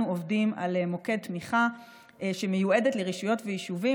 אנחנו עובדים על מוקד תמיכה שמיועד לרשויות ויישובים